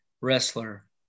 wrestler